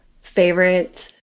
Favorite